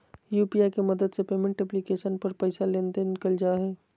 UPI के मदद से पेमेंट एप्लीकेशन पर पैसा लेन देन कइल जा हइ